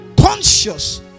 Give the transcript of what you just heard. conscious